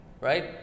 right